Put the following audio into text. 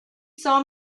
saw